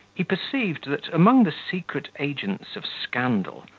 he perceived, that, among the secret agents of scandal,